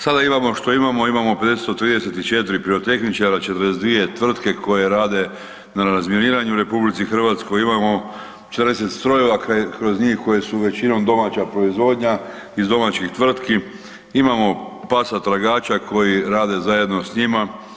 Sada imamo što imamo, imamo … pirotehničara, 42 tvrtke koje rade na razminiranju u RH, imamo 40 strojeva kroz njih koji su većinom domaća proizvodnja, iz domaćih tvrtki, imamo pasa tragača koji rade zajedno s njima.